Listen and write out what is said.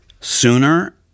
sooner